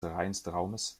reinstraumes